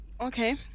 Okay